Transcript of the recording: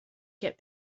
get